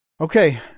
Okay